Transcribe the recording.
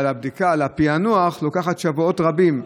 אבל הפענוח של הבדיקה לוקח שבועות רבים.